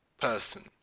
person